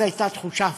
אז הייתה תחושה הפוכה,